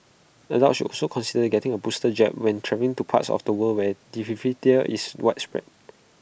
adults should also consider getting A booster jab when travelling to parts of the world where diphtheria is widespread